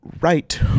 right